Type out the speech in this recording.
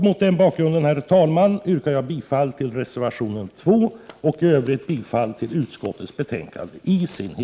Mot denna bakgrund yrkar jag bifall till reservation nr 2 och i Övrigt till hemställan i utskottets betänkande.